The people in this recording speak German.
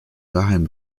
geheim